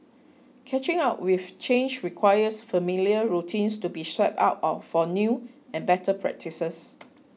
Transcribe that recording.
catching up with change requires familiar routines to be swapped out for new and better practices